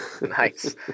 Nice